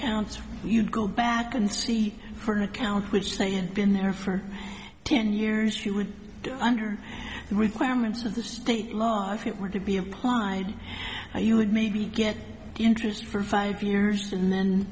accounts you'd go back and see for an account which they had been there for ten years you would under the requirements of the state law if it were to be applied you would maybe get interest for five years and then